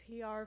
PR